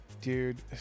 Dude